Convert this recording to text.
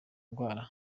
ndwara